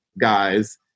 guys